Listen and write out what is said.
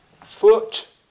foot